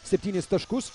septynis taškus